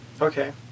Okay